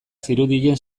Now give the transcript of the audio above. zirudien